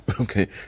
Okay